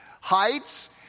Heights